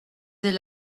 elle